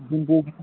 Dimpu